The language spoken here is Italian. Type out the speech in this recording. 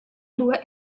due